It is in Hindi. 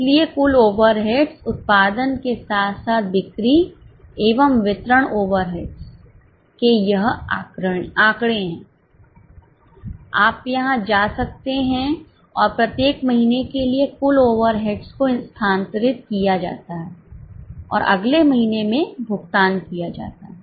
इसलिए कुल ओवरहेड्स उत्पादन के साथ साथ बिक्री एवं वितरण ओवरहेड्स के यह आंकड़े हैं आप यहां जा सकते हैं और प्रत्येक महीने के लिए कुल ओवरहेड्स को स्थानांतरित किया जाता है और अगले महीने में भुगतान किया जाता है